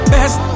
Best